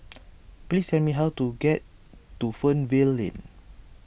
please tell me how to get to Fernvale Lane